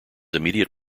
immediate